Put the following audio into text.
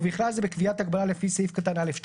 ובכלל זה בקביעת הגבלה: לפי סעיף (א)(2),